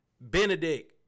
Benedict